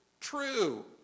true